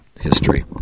history